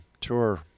tour